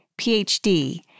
PhD